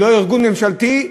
הוא לא ארגון ממשלתי,